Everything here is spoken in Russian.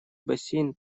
бассейн